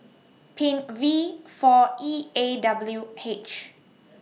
Pin V four E A W H